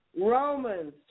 Romans